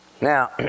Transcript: Now